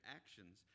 actions